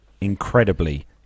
incredibly